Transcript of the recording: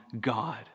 God